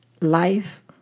life